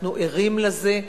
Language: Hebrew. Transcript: אנחנו ערים לזה,